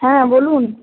হ্যাঁ বলুন